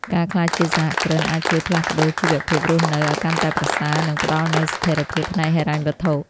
ការក្លាយជាសហគ្រិនអាចជួយផ្លាស់ប្តូរជីវភាពរស់នៅឱ្យកាន់តែប្រសើរ និងផ្តល់នូវស្ថិរភាពផ្នែកហិរញ្ញវត្ថុ។